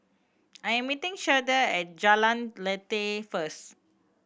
I am meeting Shardae at Jalan Lateh first